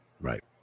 right